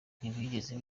ntibigeze